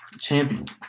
Champions